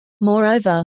Moreover